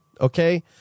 okay